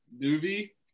movie